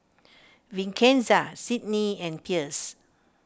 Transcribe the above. Vincenza Sydnie and Pierce